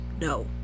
No